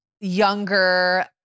younger